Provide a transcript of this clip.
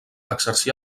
exercí